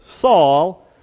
Saul